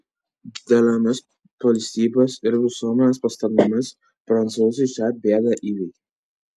didelėmis valstybės ir visuomenės pastangomis prancūzai šią bėdą įveikė